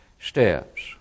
steps